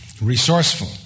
resourceful